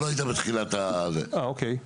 לא היית בתחילת הדיון,